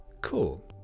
Cool